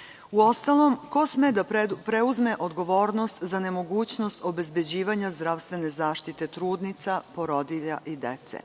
zamisle. Uostalom, ko sme da preuzme odgovornost za nemogućnost obezbeđivanja zdravstvene zaštite trudnica, porodilja i dece